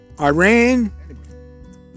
Iran